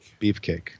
Beefcake